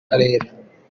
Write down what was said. karere